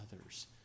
others